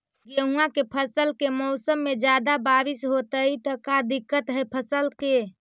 गेहुआ के फसल के मौसम में ज्यादा बारिश होतई त का दिक्कत हैं फसल के?